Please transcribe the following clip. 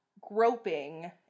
groping